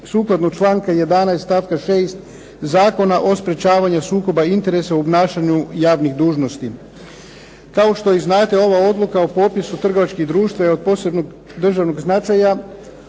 sukladno članka 11. stavka 6. Zakona o sprečavanju sukoba interesa u obnašanju javnih dužnosti. Kao što i znate ova odluka o popisu trgovačkih društava od posebnog državnog značaja